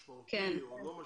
משמעותי או לא משמעותי?